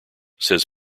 says